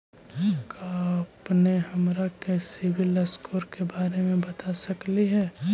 का अपने हमरा के सिबिल स्कोर के बारे मे बता सकली हे?